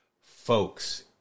folks